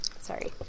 Sorry